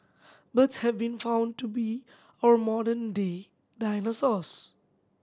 birds have been found to be our modern day dinosaurs